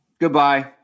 Goodbye